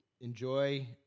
enjoy